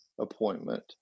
appointment